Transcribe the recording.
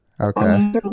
Okay